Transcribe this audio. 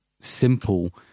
simple